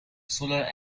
solar